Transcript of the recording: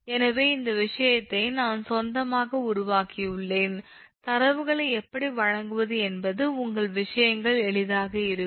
எனவே இந்த விஷயத்தை நான் சொந்தமாக உருவாக்கியுள்ளேன் தரவுகளை எப்படி வழங்குவது என்பது உங்கள் விஷயங்கள் எளிதாக இருக்கும்